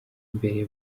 mbere